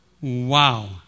Wow